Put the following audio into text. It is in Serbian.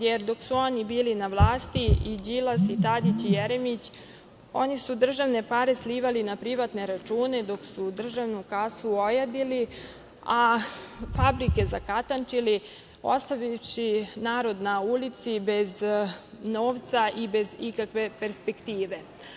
Jer, dok su oni bili na vlasti Đilas, Tadić i Jeremić, oni su državne pare slivali na privatne račune dok su državnu kasu ojadili, a fabrike zakatančili, ostavivši narod na ulici bez novca i bez ikakve perspektive.